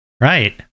Right